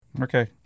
Okay